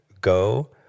Go